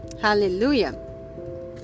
Hallelujah